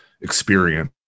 experience